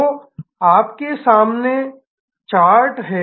तो यह आपके सामने चार्ट है